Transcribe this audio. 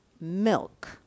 milk